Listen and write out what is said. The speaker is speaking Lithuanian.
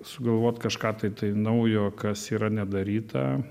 sugalvot kažką tai tai naujo kas yra nedaryta